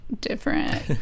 different